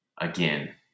again